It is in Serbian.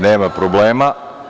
Nema problema.